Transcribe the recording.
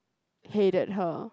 hated her